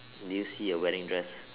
do you see a wedding dress